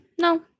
no